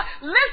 listen